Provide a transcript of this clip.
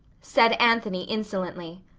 said anthony insolently.